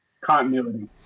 continuity